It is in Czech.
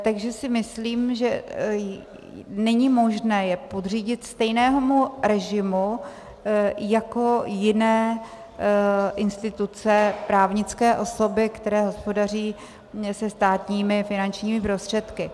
Takže si myslím, že není možné je podřídit stejnému režimu jako jiné instituce, právnické osoby, které hospodaří se státními finančními prostředky.